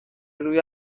روی